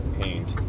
paint